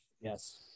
Yes